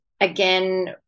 again